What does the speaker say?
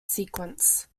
sequence